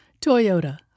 Toyota